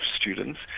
students